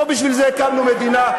לא בשביל זה הקמנו מדינה,